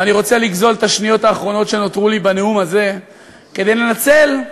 ואני רוצה לגזול את השניות האחרונות שנותרו לי בנאום הזה כדי לנצל,